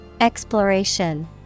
Exploration